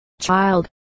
child